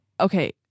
okay